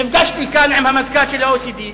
נפגשתי כאן עם המזכ"ל של ה-OECD,